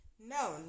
No